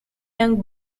young